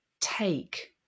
take